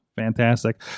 Fantastic